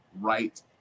right